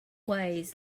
ways